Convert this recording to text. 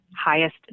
highest